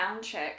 Soundcheck